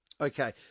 Okay